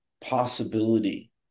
possibility